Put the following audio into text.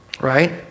Right